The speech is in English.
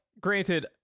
granted